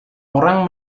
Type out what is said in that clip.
orang